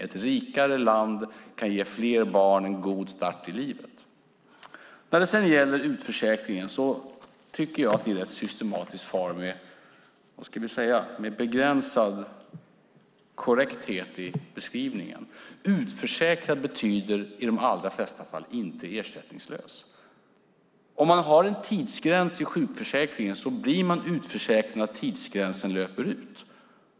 Ett rikare land kan ge fler barn en god start i livet. Jag tycker att ni rätt systematiskt far med begränsad korrekthet i beskrivningen av utförsäkringen. Utförsäkrad betyder i de allra flesta fall inte ersättningslös. Om man har en tidsgräns i sjukförsäkringen blir man utförsäkrad när tidsgränsen löper ut.